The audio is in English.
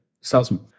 salesman